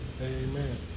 Amen